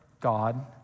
God